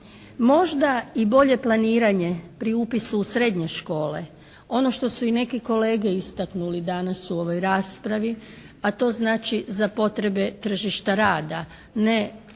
Možda i bolje planiranje pri upisu u srednje škole, ono što su i neki kolege istaknuli danas u ovoj raspravi, a to znači za potrebe tržišta rada ne